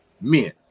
men